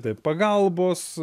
taip pagalbos